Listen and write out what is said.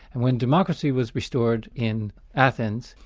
and when democracy was restored in athens,